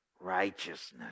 Righteousness